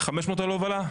500 על הובלה?